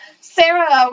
Sarah